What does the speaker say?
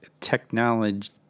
technology